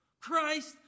Christ